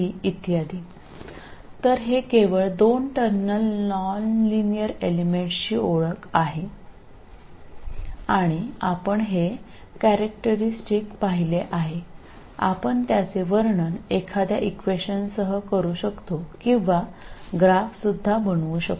അതിനാൽ ഇത് two terminal nonlinear എലമെന്റിന്റെ ഒരു ആമുഖം മാത്രമാണ് ഞങ്ങൾ സ്വഭാവം കണ്ടു നമുക്ക് അതിനെ ഒരു എക്സ്പ്രഷൻ ഉപയോഗിച്ച് വിവരിക്കാം അല്ലെങ്കിൽ നമുക്ക് ഒരു ഗ്രാഫ് വരയ്ക്കാം